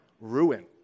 ruin